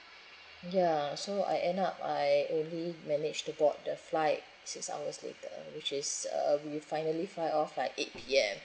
ya so I end up I only manage to board the flight six hour later which is uh we finally flight off by eight P_M